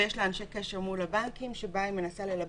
ויש לה אנשי קשר מול הבנקים שמולם היא מנסה ללבן.